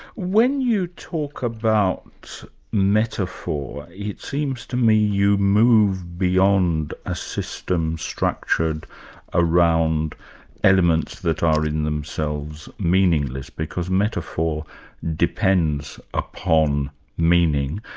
when you talk about metaphor, it seems to me you move beyond a system structured around elements that are in themselves meaningless, because metaphor depends upon meaning.